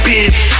Bitch